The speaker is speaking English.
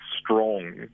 strong